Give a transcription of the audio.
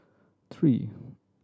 three